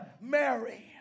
Mary